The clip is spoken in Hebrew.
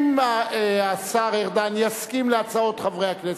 אם השר ארדן יסכים להצעות חברי הכנסת,